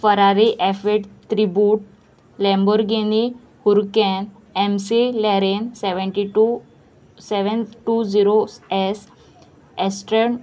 Ferrari F eight Tributo Lamborghini Huracan McLaren seventy two seven two zero S एस्ट्रेंट